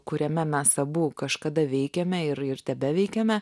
kuriame mes abu kažkada veikėme ir ir tebeveikiame